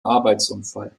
arbeitsunfall